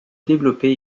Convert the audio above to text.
développé